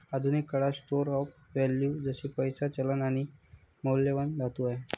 आधुनिक काळात store of value जसे पैसा, चलन आणि मौल्यवान धातू आहे